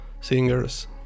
singers